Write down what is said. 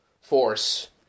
force